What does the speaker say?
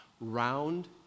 round